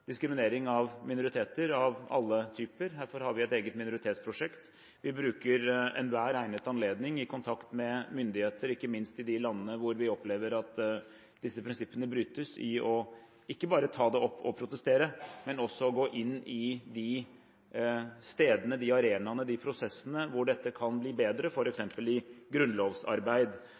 diskriminering av minoriteter av alle typer. Derfor har vi et eget minoritetsprosjekt. Vi bruker enhver egnet anledning i kontakt med myndigheter – ikke minst i de landene hvor vi opplever at disse prinsippene brytes – til ikke bare å ta det opp og protestere, men også til å gå inn i de stedene, arenaene og prosessene hvor dette kan bli bedre, f.eks. i grunnlovsarbeid.